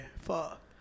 Fuck